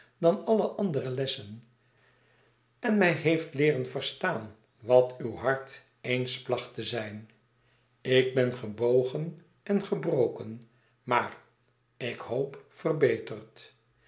dan alle andere lessen en mij heeft leeren verstaan wat uw hart eens placht te zijn ik ben gebogen en gebroken maar ik hoop verbeterd